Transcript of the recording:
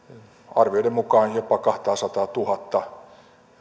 arvioiden mukaan jopa kahtasataatuhatta